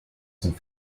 sont